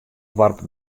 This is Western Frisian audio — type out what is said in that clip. doarp